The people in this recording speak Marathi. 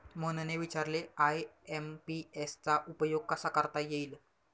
मोहनने विचारले आय.एम.पी.एस चा उपयोग कसा करता येईल?